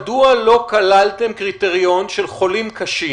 מדוע לא כללתם קריטריון של חולים קשים